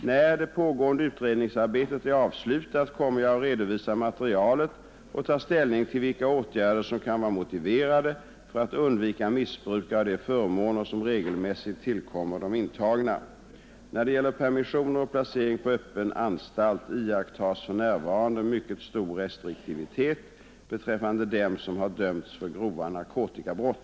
När det pågående utredningsarbetet är avslutat kommer jag att redovisa materialet och ta ställning till vilka åtgärder som kan vara motiverade för att undvika missbruk av de förmåner som regelmässigt tillkommer de intagna. När det gäller permissioner och placering på öppen anstalt iakttas för närvarande mycket stor restriktivitet beträffande dem som har dömts för grova narkotikabrott.